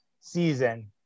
season